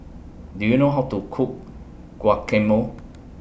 Do YOU know How to Cook Guacamole